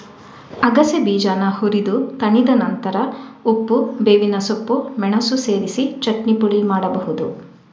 ಅಗಸೆ ಬೀಜಾನ ಹುರಿದು ತಣಿದ ನಂತ್ರ ಉಪ್ಪು, ಬೇವಿನ ಸೊಪ್ಪು, ಮೆಣಸು ಸೇರಿಸಿ ಚಟ್ನಿ ಪುಡಿ ಮಾಡ್ಬಹುದು